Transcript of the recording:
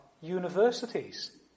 universities